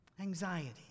anxiety